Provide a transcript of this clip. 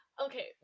Okay